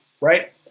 right